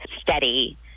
steady